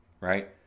Right